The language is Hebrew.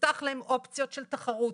יפתח להם אופציות של תחרות,